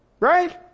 Right